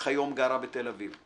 וכיום גרה בתל אביב.